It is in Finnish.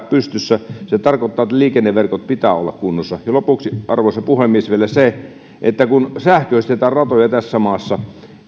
pystyssä se tarkoittaa että liikenneverkkojen pitää olla kunnossa lopuksi arvoisa puhemies vielä se että kun sähköistetään ratoja tässä maassa